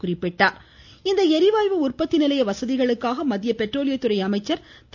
ளரிவாயு உற்பத்தி நிலைய வசதிகளுக்காக மத்திய பெட்ரோலிய துறை இந்த அமைச்சர் திரு